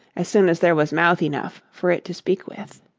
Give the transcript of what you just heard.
as soon as there was mouth enough for it to speak with.